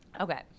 Okay